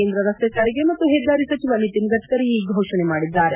ಕೇಂದ್ರ ರಸ್ತೆ ಸಾರಿಗೆ ಮತ್ತು ಹೆದ್ದಾರಿ ಸಚಿವ ನಿತಿನ್ ಗಡ್ನರಿ ಈ ಘೋಷಣೆ ಮಾಡಿದ್ದಾರೆ